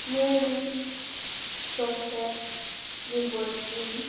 Mary Joseph Limboikim